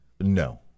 no